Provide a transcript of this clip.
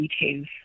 details